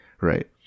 right